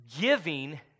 giving